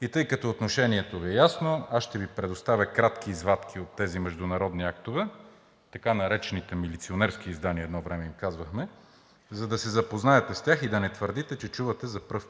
И тъй като отношението Ви е ясно, аз ще Ви предоставя кратки извадки от тези международни актове, така наречените милиционерски издания – едно време им казвахме, за да се запознаете с тях и да не твърдите следващия път, че чувате за пръв